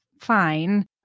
fine